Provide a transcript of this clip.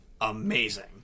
amazing